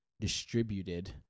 distributed